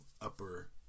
upper